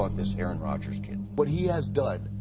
um this aaron rodgers kid. what he has done.